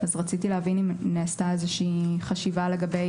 אז רציתי להבין אם נעשתה איזושהי חשיבה לגבי